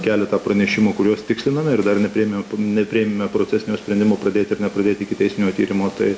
keletą pranešimų kuriuos tiksliname ir dar nepriėmiau nepriėmėme procesinio sprendimo pradėti ir nepradėti ikiteisminio tyrimo tai